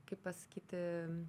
kaip pasakyti